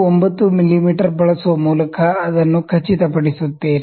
9 ಮಿಮೀ ಬಳಸುವ ಮೂಲಕ ಅದನ್ನು ಖಚಿತಪಡಿಸುತ್ತೇನೆ